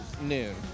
noon